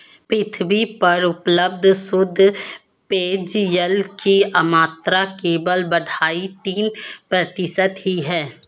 पृथ्वी पर उपलब्ध शुद्ध पेजयल की मात्रा केवल अढ़ाई तीन प्रतिशत ही है